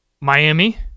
Miami